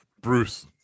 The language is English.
Bruce